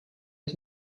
his